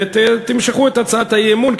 ותמשכו את הצעת האי-אמון,